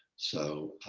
so